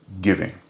giving